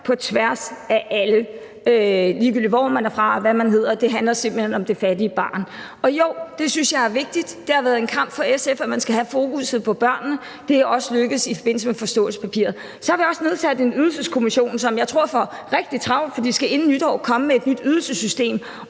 grupper, altså ligegyldigt hvor man er fra, og hvad man hedder – det handler simpelt hen om det fattige barn. Og jo, det synes jeg er vigtigt. Det har været en kamp for SF, at man skal have fokusset på børnene, og det er også lykkedes i forbindelse med forståelsespapiret. Så har vi også nedsat en Ydelseskommission, som jeg tror får rigtig travlt, for de skal inden nytår komme med et nyt ydelsessystem,